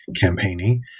campaigning